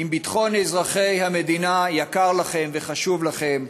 אם ביטחון אזרחי המדינה יקר לכם וחשוב לכם,